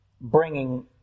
bringing